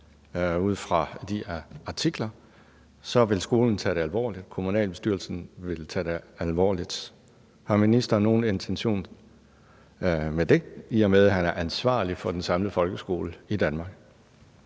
ud fra de artikler. Så vil skolen tage det alvorligt, og kommunalbestyrelsen vil tage det alvorligt. Har ministeren nogen intentioner om det, i og med at han er ansvarlig for den samlede folkeskole i Danmark?